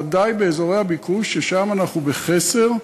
ודאי באזורי הביקוש ששם אנחנו בחסר.